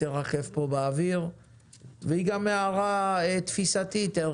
תרחף כאן באוויר והיא גם הערה תפיסתית-ערכית.